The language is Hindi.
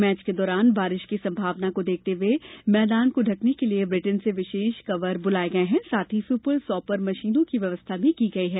मैच के दौरान बारिश की संभावना को देखते हुए मैदान को ढंकने के लिये ब्रिटेन से विशेष कवर बुलाये गये हैं साथ ही सुपर सॉपर मशीनो की व्यवस्था भी की गई है